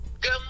Good